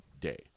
day